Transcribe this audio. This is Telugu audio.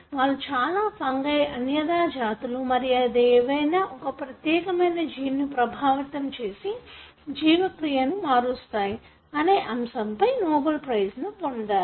వారు చాలా ఫంగై అన్యదా జాతులు మరియు అవి ఏదైనా ఒక ప్రత్యేకమైన జీన్ ను ఎలా ప్రభావితం చేసి జీవక్రియను మారుస్తాయి అనే అంశం పైన నోబెల్ ప్రైజెను పొందారు